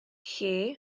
lle